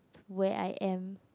where I am